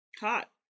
Hot